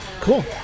Cool